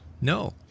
No